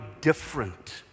different